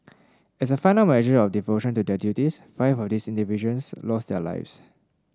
as a final measure of devotion to their duties five of these individuals lost their lives